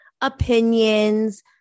opinions